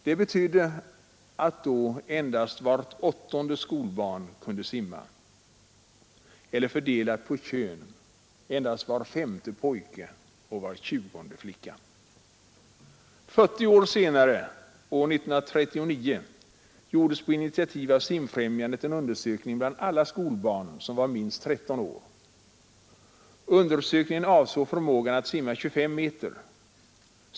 Det betyder att då endast vart åttonde skolbarn kunde simma, eller fördelat på kön endast var femte pojke och var tjugonde flicka. 40 år senare, år 1939, gjordes på initiativ av Simfrämjandet en undersökning bland alla skolbarn som var minst 13 år. Undersökningen avsåg förmågan att simma 25 meter.